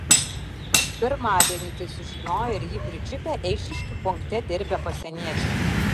pirmadienį tai sužinojo ir jį pričiupę eišiškių punkte dirbę pasieniečiai